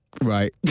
Right